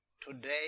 today